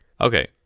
Okay